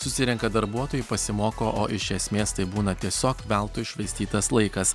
susirenka darbuotojai pasimoko o iš esmės tai būna tiesiog veltui iššvaistytas laikas